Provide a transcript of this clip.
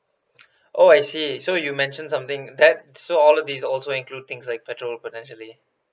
oh I see so you mentioned something that so all of these also include things like petrol potentially